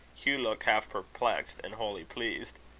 hugh looked half perplexed and wholly pleased.